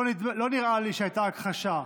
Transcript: לא נראה לי שהייתה הכחשה.